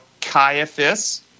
Caiaphas